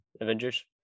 Avengers